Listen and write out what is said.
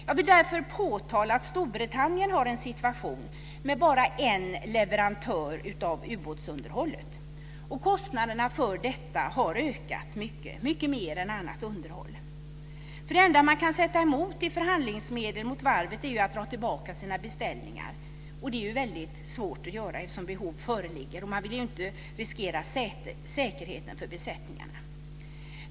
Jag vill därför påtala att Storbritannien har en situation med bara en leverantör av ubåtsunderhållet. Kostnaderna för detta har ökat mycket - mycket mer än annat underhåll. Det enda man kan sätta emot i förhandlingsmedel mot varvet är ju att dra tillbaka sina beställningar. Det är svårt att göra eftersom behov föreligger, och man vill inte riskera säkerheten för besättningarna.